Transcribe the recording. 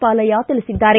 ಪಾಲಯ್ಯ ತಿಳಿಸಿದ್ದಾರೆ